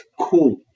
cool